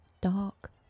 dark